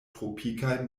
tropikaj